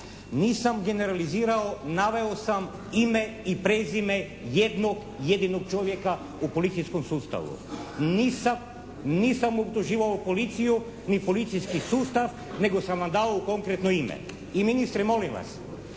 Nisam generalizirao, naveo sam ime i prezime jednog jedinog čovjeka u policijskom sustavu. Nisam optuživao policiju ni policijski sustav nego sam vam dao konkretno ime. I ministre molim vas.